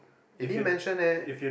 it didn't mention eh